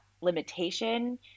limitation